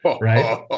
right